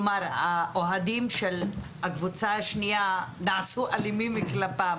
והאוהדים של הקבוצה השנייה נעשו אלימים כלפיהם,